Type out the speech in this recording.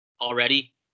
already